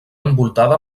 envoltada